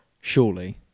Surely